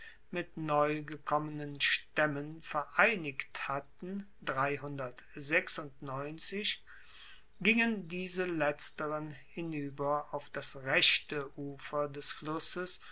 mit neugekommenen staemmen vereinigt hatten gingen diese letzteren hinueber auf das rechte ufer des flusses